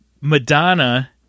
Madonna